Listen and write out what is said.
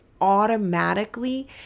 automatically